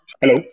Hello